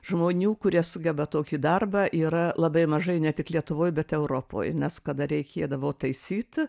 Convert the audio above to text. žmonių kurie sugeba tokį darbą yra labai mažai ne tik lietuvoj bet europoj nes kada reikėdavo taisyti